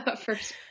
first